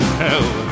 hell